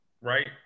right